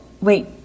Wait